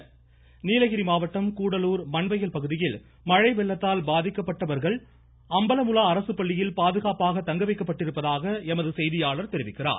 நீலகிரி மழை நீலகிரி மாவட்டம் கூடலூர் மண் வயல் பகுதியில் மழை வெள்ளத்தால் பாதிக்கப்பட்டவர்கள் அம்பலமுலா அரசுப்பள்ளியில் பாதுகாப்பாக தங்க வைக்கப்பட்டிருப்பதாக எமது செய்தியாளர் தெரிவிக்கிறார்